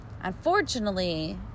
Unfortunately